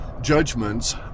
judgments